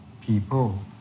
people